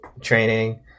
training